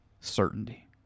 certainty